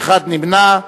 ונמנע אחד,